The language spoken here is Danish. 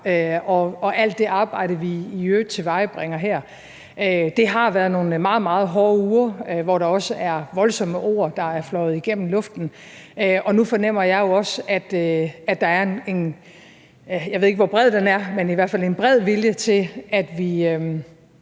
og alt det arbejde, vi i øvrigt tilvejebringer her. Det har været nogle meget, meget hårde uger, hvor der også er voldsomme ord, der er fløjet igennem luften, og nu fornemmer jeg også, at der er en – jeg ved ikke, hvor bred den er – i hvert fald bred vilje til, at vi